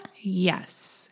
Yes